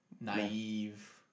naive